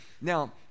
now